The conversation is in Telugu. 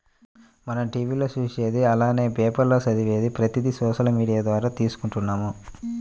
మనం టీవీ లో చూసేది అలానే పేపర్ లో చదివేది ప్రతిది సోషల్ మీడియా ద్వారా తీసుకుంటున్నాము